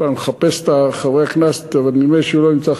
אני מחפש את חבר הכנסת, אבל נדמה לי שהוא לא נמצא.